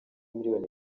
miliyoni